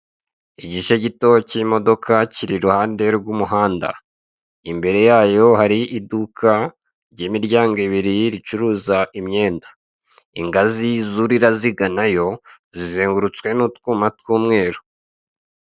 Igice gito cy'imodoka kiri iruhande rw'umuhanda imbere yayo hari iduka ry'imiryango ibiri ricuruza imyenda, ingazi zurira ziganayo zizengurutswe n'utwuma by'umweru.